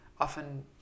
often